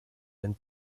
and